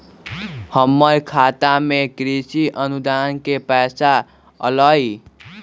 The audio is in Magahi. हमर खाता में कृषि अनुदान के पैसा अलई?